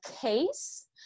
case